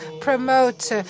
promote